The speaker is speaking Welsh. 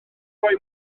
roi